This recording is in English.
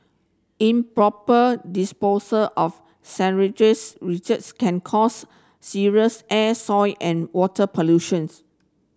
improper disposal of sewage's can cause serious air soil and water pollution